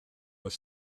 was